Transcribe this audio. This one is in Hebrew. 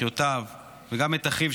אחיותיו וגם אחיו,